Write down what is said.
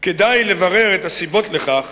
"כדאי לברר את הסיבות לכך